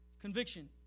Conviction